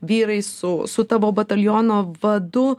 vyrai su su tavo bataliono vadu